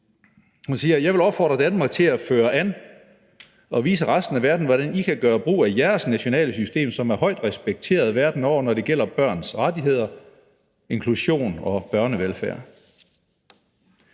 Hun siger, at hun vil opfordre Danmark til at føre an og vise resten af verden, hvordan vi gør brug af vores nationale system, som er højt respekteret verden over, når det gælder børns rettigheder, inklusion og børnevelfærd.